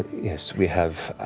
yes, we have